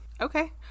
Okay